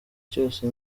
cyose